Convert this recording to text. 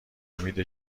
امید